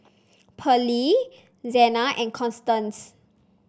Pearlie Zena and Constance